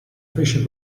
fece